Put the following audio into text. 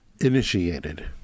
initiated